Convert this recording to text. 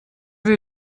see